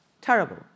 Terrible